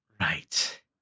Right